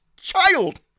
child